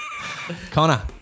Connor